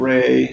Ray